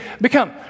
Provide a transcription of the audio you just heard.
become